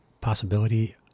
possibility